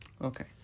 okay